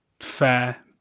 fair